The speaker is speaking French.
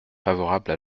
favorable